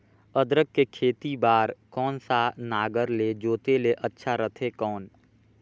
अदरक के खेती बार कोन सा नागर ले जोते ले अच्छा रथे कौन?